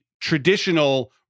traditional